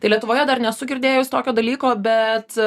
tai lietuvoje dar nesu girdėjus tokio dalyko bet